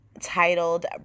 titled